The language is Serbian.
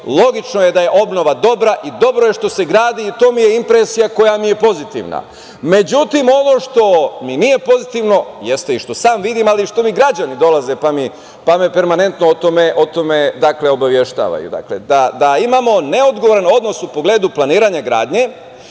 logično je da je obnova dobra. Dobro je što se gradi i to mi je impresija koja mi je pozitivna. Međutim, ovo što mi nije pozitivno jeste, što i sam vidim, ali i što mi građani dolaze pa me permanentno o tome obaveštavaju, da imamo neodgovoran odnos u pogledu planiranje gradnje,